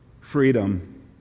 freedom